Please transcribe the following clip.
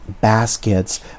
baskets